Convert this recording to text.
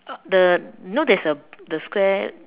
uh the you know there's a the square